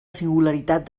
singularitat